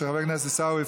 כמו שאומרים,